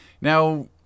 Now